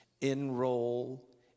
Enroll